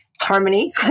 harmony